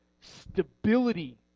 stability